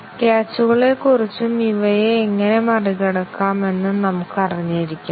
ക്യാച്ചുകളെക്കുറിച്ചും ഇവയെ എങ്ങനെ മറികടക്കാമെന്നും നമുക്ക് അറിഞ്ഞിരിക്കാം